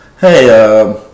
hey